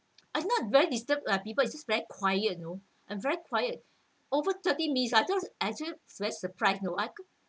I'm not very disturbed ah people is just very quiet you know and very quiet over thirty minutes I thought I actually very surprise you know